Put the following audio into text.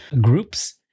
groups